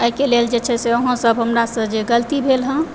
एहिके लेल जे छै से अहुँसभ हमरासँ जे गलती भेल हँ